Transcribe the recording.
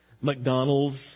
McDonald's